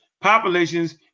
populations